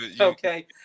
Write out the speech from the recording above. Okay